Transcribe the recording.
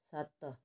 ସାତ